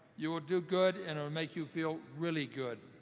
you will do good and it will make you feel really good.